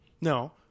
No